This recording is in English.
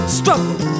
struggle